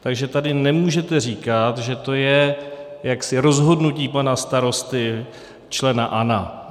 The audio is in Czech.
Takže tady nemůžete říkat, že to je jaksi rozhodnutí pana starosty, člena ANO.